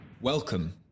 Welcome